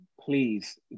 Please